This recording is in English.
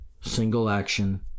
single-action